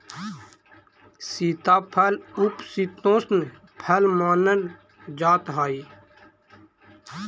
सीताफल उपशीतोष्ण फल मानल जा हाई